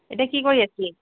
এতিয়া কি কৰি আছিলি